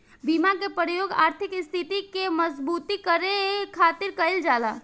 बीमा के प्रयोग आर्थिक स्थिति के मजबूती करे खातिर कईल जाला